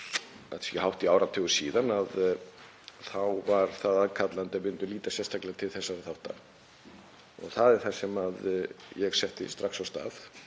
langt síðan, hátt í áratugur síðan, þá var það aðkallandi að líta sérstaklega til þessara þátta. Það er það sem ég setti strax af stað.